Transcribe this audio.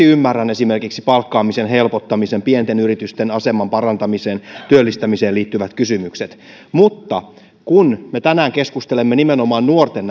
ymmärrän esimerkiksi palkkaamisen helpottamiseen pienten yritysten aseman parantamiseen ja työllistämiseen liittyvät kysymykset mutta kun me tänään keskustelemme nimenomaan nuorten